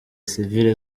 sivile